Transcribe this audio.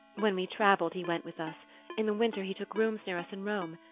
when we travelled he went with us in the winter he took rooms near us in rome.